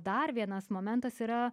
dar vienas momentas yra